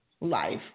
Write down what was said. life